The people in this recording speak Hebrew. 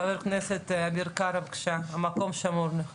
חבר הכנסת אביר קארה, בבקשה, המקום שמור לך.